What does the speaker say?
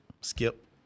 skip